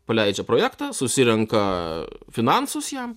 paleidžia projektą susirenka finansus jam